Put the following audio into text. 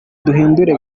duhindure